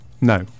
No